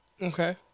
Okay